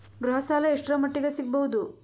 ಗೃಹ ಸಾಲ ಎಷ್ಟರ ಮಟ್ಟಿಗ ಸಿಗಬಹುದು?